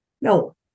no